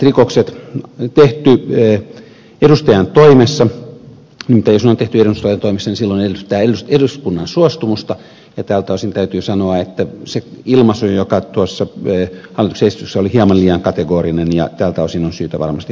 nimittäin jos ne on tehty edustajantoimessa niin silloin edellytetään eduskunnan suostumusta ja tältä osin täytyy sanoa että se ilmaisu joka tuossa hallituksen esityksessä on oli hieman liian kategorinen ja tältä osin on syytä varmasti avata tuota